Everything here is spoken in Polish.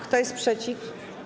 Kto jest przeciw?